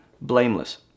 blameless